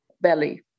belly